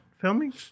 filming